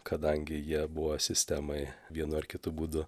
kadangi jie buvo sistemai vienu ar kitu būdu